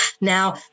now